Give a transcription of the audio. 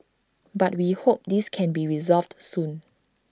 but we hope this can be resolved soon